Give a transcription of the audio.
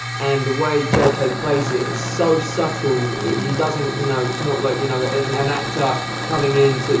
and the way j k. plays it is so subtle, he doesn't, you know, it's not like you know and an an actor coming in,